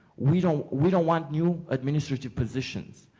we don't we don't want new administrative positions.